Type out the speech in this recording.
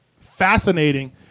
fascinating